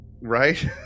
Right